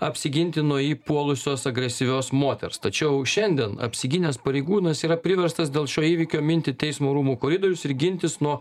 apsiginti nuo jį puolusios agresyvios moters tačiau šiandien apsigynęs pareigūnas yra priverstas dėl šio įvykio minti teismo rūmų koridorius ir gintis nuo